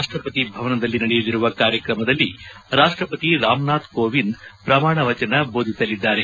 ರಾಷ್ಷಪತಿ ಭವನದಲ್ಲಿ ನಡೆಯಲಿರುವ ಕಾರ್ಯಕ್ರಮದಲ್ಲಿ ರಾಷ್ಷಪತಿ ರಾಮನಾಥ್ ಕೋವಿಂದ್ ಪ್ರಮಾಣ ವಚನ ಬೋಧಿಸಲಿದ್ದಾರೆ